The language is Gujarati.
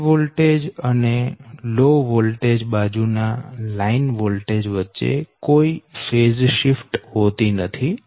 હાય વોલ્ટેજ અને લો વોલ્ટેજ બાજુ ના લાઈન વોલ્ટેજ વચ્ચે કોઈ ફેઝ શિફ્ટ હોતી નથી